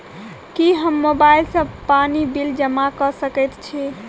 की हम मोबाइल सँ पानि बिल जमा कऽ सकैत छी?